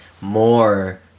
more